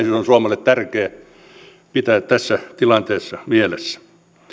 suomelle tärkeää pitää tässä tilanteessa mielessä